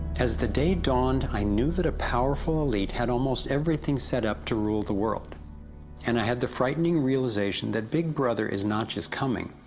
as the day dawned, i knew that a powerful elite had almoust everything set up to rule the world and i had a frighting realization, that big brother is not just coming,